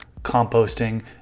composting